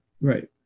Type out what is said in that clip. right